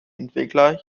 entwickler